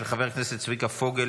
של חברי הכנסת צביקה פוגל,